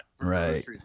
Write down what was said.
Right